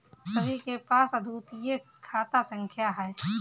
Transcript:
सभी के पास अद्वितीय खाता संख्या हैं